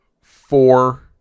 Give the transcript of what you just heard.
four